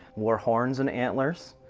wore horns and antlers,